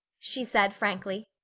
she said frankly.